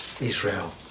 Israel